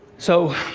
so,